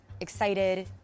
excited